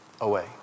Away